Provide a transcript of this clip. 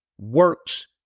works